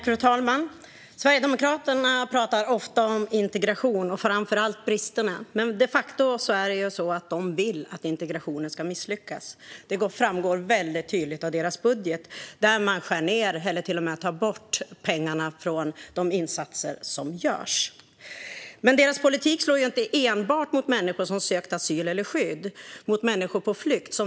Fru talman! Sverigedemokraterna talar ofta om integration och framför allt om bristerna. Men de facto är det så att de vill att integrationen ska misslyckas. Det framgår väldigt tydligt av deras budget, där de skär ned på - eller till och med tar bort - pengarna till de insatser som görs. Men deras politik slår inte enbart, som de vill framhålla, mot människor som sökt asyl eller skydd - mot människor på flykt.